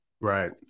Right